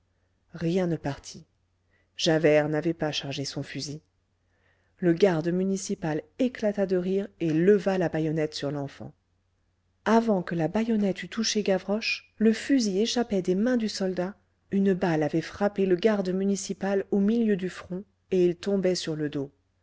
rien ne partit javert n'avait pas chargé son fusil le garde municipal éclata de rire et leva la bayonnette sur l'enfant avant que la bayonnette eût touché gavroche le fusil échappait des mains du soldat une balle avait frappé le garde municipal au milieu du front et il tombait sur le dos